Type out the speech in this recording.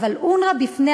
וייפתח מחדש.